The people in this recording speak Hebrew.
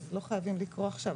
אז לא חייבים לקרוא עכשיו,